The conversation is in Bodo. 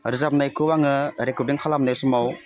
रोजाबनायखौ आङो रेकरदिं खालामनाय समाव